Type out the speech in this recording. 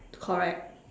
correct